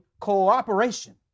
cooperation